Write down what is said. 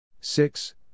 Six